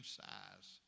size